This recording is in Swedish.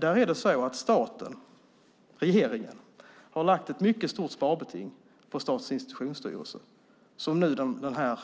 Där är det så att staten, regeringen, har lagt ett mycket stort sparbeting på Statens institutionsstyrelse som denna